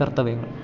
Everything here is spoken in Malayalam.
കർത്തവ്യങ്ങൾ